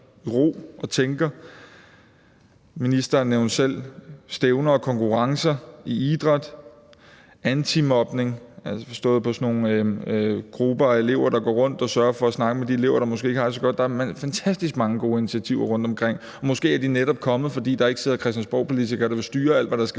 ro og tænker. Ministeren nævnte selv stævner og konkurrencer i idræt; antimobning, altså forstået som sådan nogle grupper af elever, der går rundt og sørger for at snakke med de elever, der måske ikke har det så godt. Der er fantastisk mange gode initiativer rundtomkring, og måske er de netop kommet, fordi der ikke sidder christiansborgpolitikere, der vil styre alt, hvad der skal